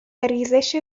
ریزش